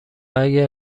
اگه